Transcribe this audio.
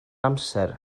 amser